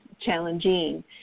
challenging